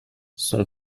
son